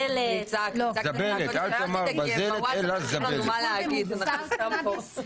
איזו IC-17,025. אני אקדים ואומר שיש לכם שם משפט האומר לפחות חמש